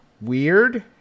weird